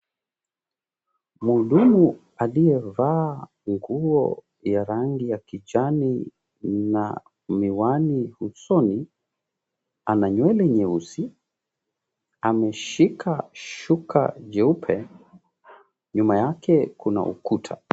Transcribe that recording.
Mhudumu aliyevaa nguo ya rangi ya kijani na miwani usoni ana nywele nyeusi. Ameshika shuka jeupe. Nyuma yake kuna ukuta.